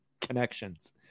Connections